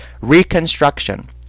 reconstruction